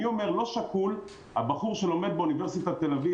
אני אומר שלא שקול הבחור שלומד באוניברסיטת תל אביב